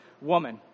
woman